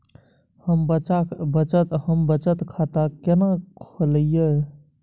हम बचत खाता केना खोलइयै?